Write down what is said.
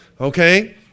Okay